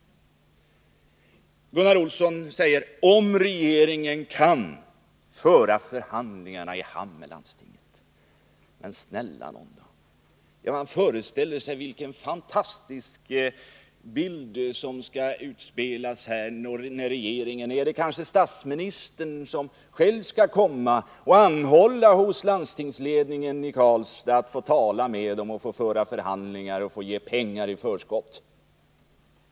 Gunnar Olsson talar om att regeringen kan föra förhandlingarna med landstinget i hamn. Men snälla nån! Man kan föreställa sig vilken fantastisk scen som skulle utspela sig när regeringen — eller kanske statsministern själv — hos landstingsledningen i Karlstad anhåller om att få tala med den för att föra förhandlingar om att ge pengar i förskott.